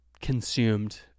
consumed